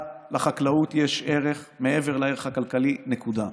לחקלאות יש ערך מעבר לערך הכלכלי, נקודה.